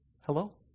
Hello